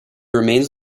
remains